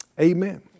Amen